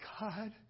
God